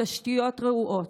התשתיות רעועות,